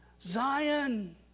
Zion